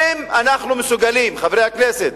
אם אנחנו מסוגלים, חברי הכנסת,